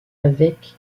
avec